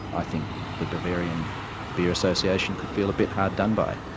i think the bavarian beer association could feel a bit hard done by.